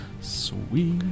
sweet